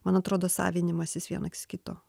man atrodo savinimasis vienaks kito